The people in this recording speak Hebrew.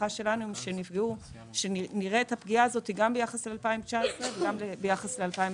ההערכה שלנו היא שנראה את הפגיעה הזאת גם ביחס ל-2019 וגם ביחס ל-2020.